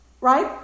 right